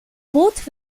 both